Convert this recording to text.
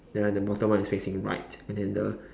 ya the bottom one is facing right and then the